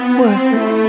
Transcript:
worthless